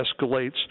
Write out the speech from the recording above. escalates